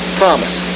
promise